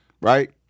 Right